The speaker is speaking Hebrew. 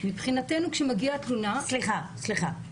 מבחינתנו כשמגיעה תלונה --- סליחה, סליחה.